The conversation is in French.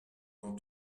n’en